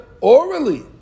orally